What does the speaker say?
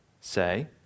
Say